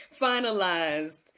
finalized